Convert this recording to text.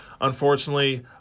Unfortunately